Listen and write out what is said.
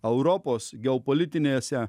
europos geopolitinėse